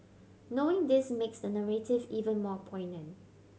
knowing this makes the narrative even more poignant